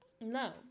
No